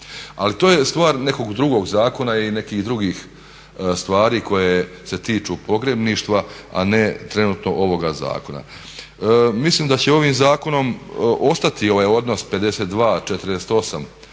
Ali to je stvar nekog drugog zakona i nekih drugih stvari koje se tiču pogrebništva a ne trenutno ovoga zakona. Mislim da će ovim zakonom ostati i ovaj odnos 52:48